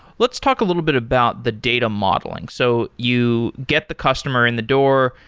let's talk a little bit about the data modelling. so you get the customer in the door,